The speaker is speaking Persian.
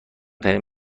ترین